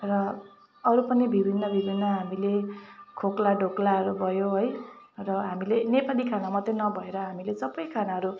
र अरू पनि विभिन्न विभिन्न हामीले खोक्ला ढोक्लाहरू भयो है र हामीले नेपाली खाना मात्रै नभएर हामीले सबै खानाहरू